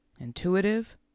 intuitive